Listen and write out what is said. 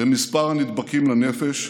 במספר הנדבקים לנפש.